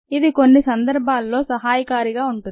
ఇది కొన్ని సందర్భాలలో సహాయకారిగా ఉంటుంది